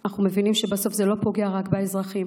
אנחנו מבינים שבסוף זה לא פוגע רק באזרחים,